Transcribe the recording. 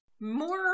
More